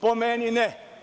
Po meni – ne.